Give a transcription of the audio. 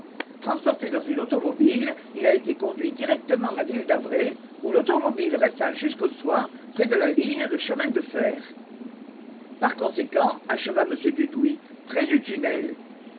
transporté dans une automobile il a été conduit directement à ville-d'avray où l'automobile resta jusqu'au soir près de la ligne de chemin de fer par conséquent acheva m dudouis près du tunnel